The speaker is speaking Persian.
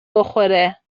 بخوره